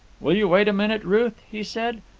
will you wait a minute, ruth he said.